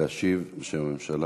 להשיב בשם הממשלה.